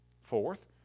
Fourth